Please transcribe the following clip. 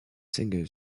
singer